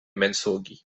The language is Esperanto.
mensogi